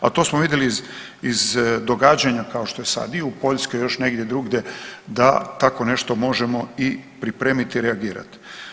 A to smo vidjeli iz događanja kao što je sad i u Poljskoj i još negdje drugdje, da tako nešto možemo i pripremiti i reagirati.